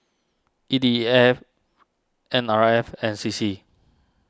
E D E F N R F and C C